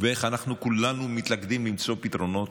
ואיך כולנו מתלכדים למצוא פתרונות,